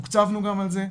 תוקצבנו גם על זה,